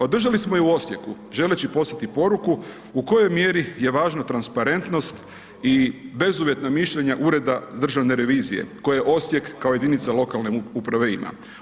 Održali smo ju u Osijeku, želeći poslati poruku, u kojoj mjeri je važna transparentnost i bezuvjetnog mišljenja Ureda državne revizije koju je Osijek kao jedinica lokalne uprave ima.